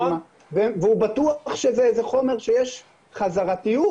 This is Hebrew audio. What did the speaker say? והוא בטוח שזה איזה חומר שיש לו חזרתיות,